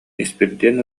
испирдиэн